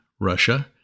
Russia